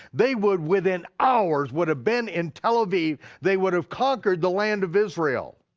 they would, within hours would've been in tel aviv, they would've conquered the land of israel.